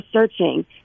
searching